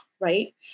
right